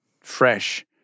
fresh